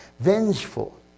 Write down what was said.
Vengeful